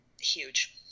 huge